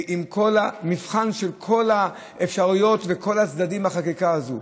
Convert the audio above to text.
עם מבחן של כל האפשרויות וכל הצדדים בחקיקה הזאת.